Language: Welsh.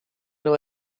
nhw